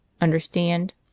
Understand